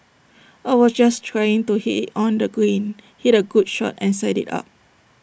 I was just trying to hit IT on the green hit A good shot and set IT up